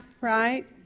right